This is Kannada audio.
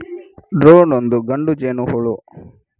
ಡ್ರೋನ್ ಒಂದು ಗಂಡು ಜೇನುಹುಳು